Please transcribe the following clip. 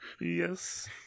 yes